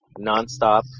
nonstop